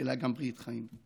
אלא גם ברית חיים.